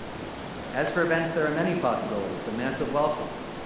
as for events, there are many possibilities. a massive welcome,